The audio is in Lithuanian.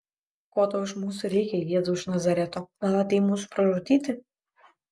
ko tau iš mūsų reikia jėzau iš nazareto gal atėjai mūsų pražudyti